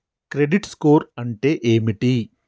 Credit score అంటే ఏమిటి?